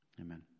Amen